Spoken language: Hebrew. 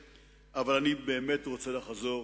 אז באמת אי-אפשר להתחלק,